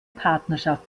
partnerschaft